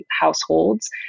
households